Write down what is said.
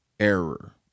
Error